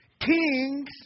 Kings